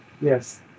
Yes